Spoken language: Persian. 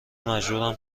مجبورم